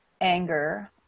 Anger